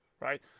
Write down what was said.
right